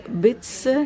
bits